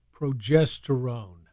progesterone